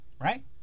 Right